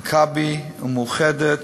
"מכבי" ומאוחדת